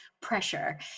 pressure